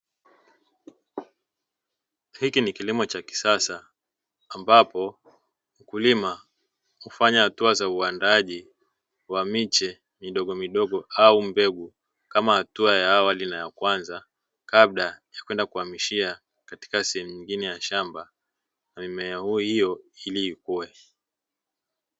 Hiki ni kilimo cha kisasa ambapo mkulima hufanya hatua za uandaaji wa miche midogo midogo au mbegu kama hatua ya awali na ya kwanza. Kabla ya kwenda kuhamishia katika sehemu nyingine ya shamba mimea hiyo ili ikuwe.